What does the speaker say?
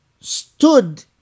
stood